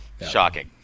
Shocking